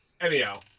Anyhow